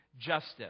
justice